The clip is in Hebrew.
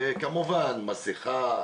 כמובן מסכה,